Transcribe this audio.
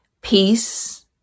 peace